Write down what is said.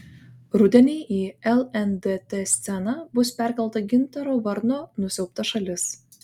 rudenį į lndt sceną bus perkelta gintaro varno nusiaubta šalis